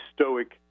stoic